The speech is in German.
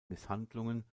misshandlungen